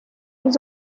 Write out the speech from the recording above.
has